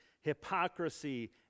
hypocrisy